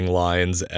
lines